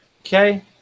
Okay